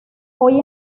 hoy